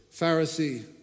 Pharisee